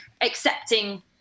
accepting